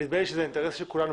נדמה לי שזה האינטרס של כולנו,